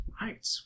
right